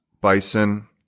Bison